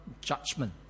judgment